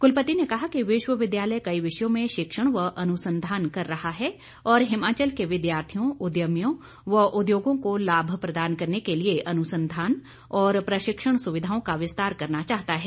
कुलपति ने कहा कि विश्वविद्यालय कई विषयों में शिक्षण व अनुसंधान कर रहा है और हिमाचल के विद्यार्थियों उद्यमियों व उद्योगों को लाभ प्रदान करने के लिए अनुसंधान और प्रशिक्षण सुविधाओं का विस्तार करना चाहता है